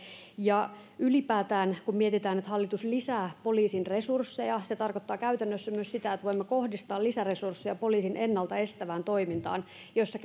ja ylipäätään kun mietitään että hallitus lisää poliisin resursseja se tarkoittaa käytännössä myös sitä että voimme kohdistaa lisäresursseja poliisin ennalta estävään toimintaan jossa